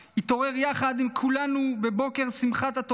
התעורר יחד עם כולנו בבוקר שמחת התורה